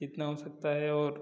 जितना हो सकता है और